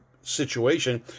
situation